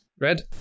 Red